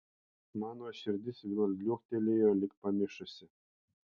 mano širdis vėl liuoktelėjo lyg pamišusi